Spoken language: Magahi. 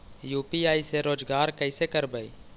यु.पी.आई से रोजगार कैसे करबय?